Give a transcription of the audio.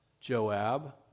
Joab